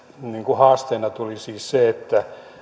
haasteena tuli siis se